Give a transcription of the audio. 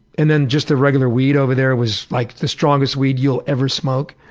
and then just the regular weed over there was like the strongest weed you'll ever smoke.